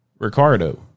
Ricardo